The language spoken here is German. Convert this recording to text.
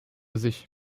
sich